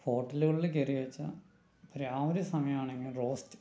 ഹോട്ടലുകളിൽ കേറി വെച്ചാൽ രാവിലെ സമയമാണെങ്കിൽ റോസ്റ്റ്